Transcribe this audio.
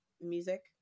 music